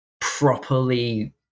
properly